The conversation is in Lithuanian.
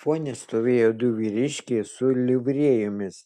fone stovėjo du vyriškiai su livrėjomis